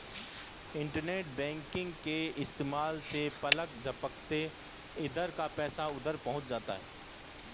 internet banking के इस्तेमाल से पलक झपकते इधर का पैसा उधर पहुँच जाता है